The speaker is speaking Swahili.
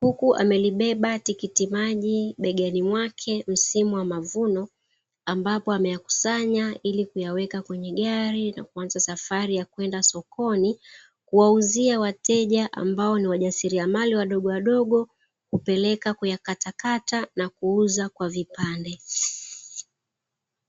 huku amebeba tikiti maji begani mwake msimu wa mavuno ambapo ameyakusanya ilikuyaweka kwenye gari na kuanza safari kwenda sokoni, kuwauzia wateja ambao ni wajasiriamali wadogo wadogo kupeleka kuya kata kata na kuuza kwa vipande.